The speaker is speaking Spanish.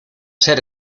ser